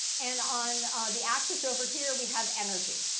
and on the axis over here, we have energy.